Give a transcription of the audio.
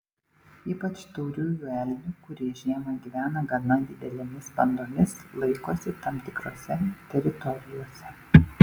ypač tauriųjų elnių kurie žiemą gyvena gana didelėmis bandomis laikosi tam tikrose teritorijose